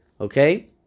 Okay